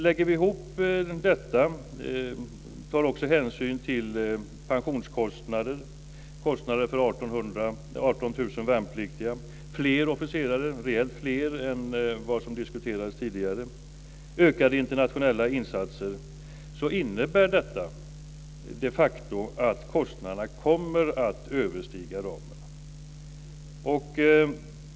Lägger vi ihop detta, och tar vi också hänsyn till pensionskostnader, kostnader för 18 000 värnpliktiga, fler officerare, rejält mycket fler än vad diskuterades tidigare, samt ökade internationella insatser, så innebär det de facto att kostnaderna kommer att överstiga ramen.